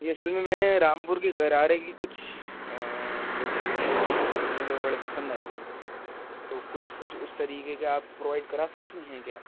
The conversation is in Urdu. جی اصل میں میں نے رامپور کے غرارے کی کچھ وہ دیکھے تھے ڈیزائنس تو مجھے وہ بڑے پسند آئے تھے تو کچھ کچھ اس طریقے کے آپ پرووائڈ کرا سکتی ہیں کیا